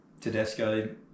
Tedesco